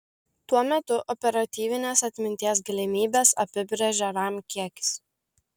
tuo metu operatyvinės atminties galimybes apibrėžia ram kiekis